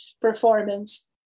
performance